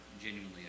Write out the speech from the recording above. genuinely